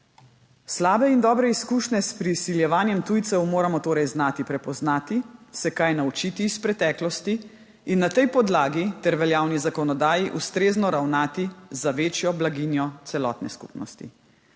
Slabe in dobre izkušnje s prisiljevanjem tujcev moramo torej znati prepoznati, se kaj naučiti iz preteklosti in na tej podlagi ter veljavni zakonodaji ustrezno ravnati za večjo blaginjo celotne skupnosti.